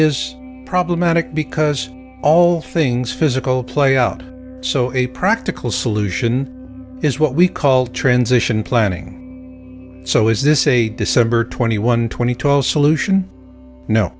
is problematic because all things physical play out so a practical solution is what we call transition planning so is this a december twenty one twenty two all solution no